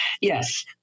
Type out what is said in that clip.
yes